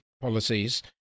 policies